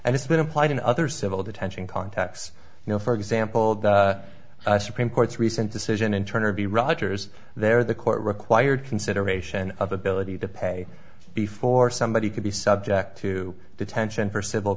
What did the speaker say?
and it's been applied in other civil detention contacts you know for example the supreme court's recent decision in turner the rogers there the court required consideration of ability to pay before somebody could be subject to detention for civil